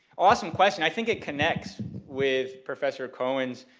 awesome question i think it connects with professor cohen's